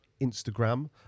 Instagram